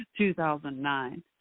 2009